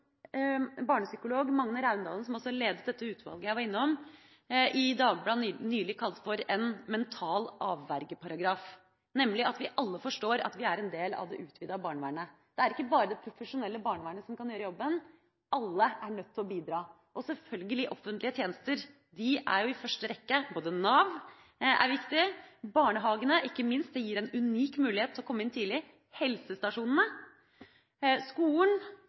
barnepsykolog Magne Raundalen, som altså ledet dette utvalget jeg var innom, i Dagbladet nylig kalte for en mental avvergeparagraf, nemlig at vi alle forstår at vi er en del av det utvidede barnevernet. Det er ikke bare det profesjonelle barnevernet som kan gjøre jobben, alle er nødt til å bidra – og selvfølgelig offentlige tjenester. De er jo i første rekke – både Nav og, ikke minst, barnehagene er viktige. Det gir oss en unik mulighet til å komme inn tidlig. Helsestasjonene, skolen,